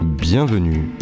Bienvenue